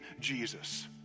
Jesus